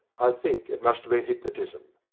i think it must have been hypnotism.